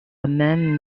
man